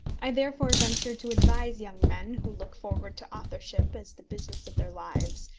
i therefore venture to advise young men who look forward to authorship as the business of their lives,